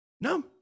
No